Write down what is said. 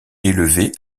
élevé